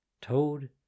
Toad